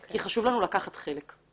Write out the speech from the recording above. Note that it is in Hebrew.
כי חשוב לנו לקחת חלק בזה.